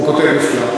הוא כותב נפלא.